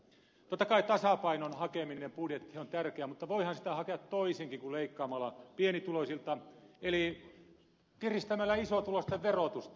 totta kai tasapainon hakeminen budjettiin on tärkeää mutta voihan sitä hakea toisinkin kuin leikkaamalla pienituloisilta eli kiristämällä isotuloisten verotusta